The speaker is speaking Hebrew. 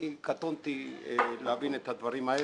קטונתי מלהבין את הדברים האלה.